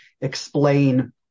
explain